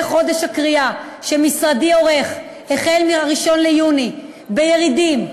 חודש הקריאה שמשרדי עורך החל מ-1 ביוני בירידים,